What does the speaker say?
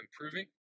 improving